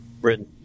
Britain